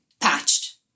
patched